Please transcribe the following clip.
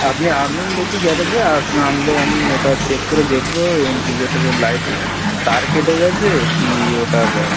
আপনি আনুন দেখি গ্যারেজে আপনি আনলে আমি ওটা চেক করে দেখবো ইন্ডিকেটরের লাইটে তার কেটে গেছে কি ওটার